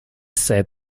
said